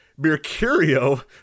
Mercurio